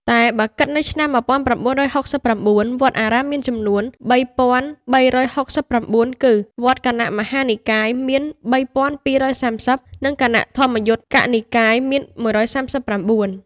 តែបើគិតនៅឆ្នាំ១៩៦៩ វត្ត អារាមមានចំនួន ៣៣៦៩ គឺ វត្ត គណៈមហានិកាយមាន ៣២៣០ និងគណៈធម្មយុត្តិកនិកាយមាន ១៣៩ ។